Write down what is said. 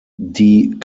die